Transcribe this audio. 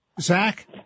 Zach